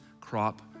crop